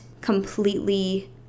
completely